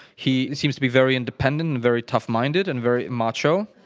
he seems to be very independent, very tough minded, and very macho.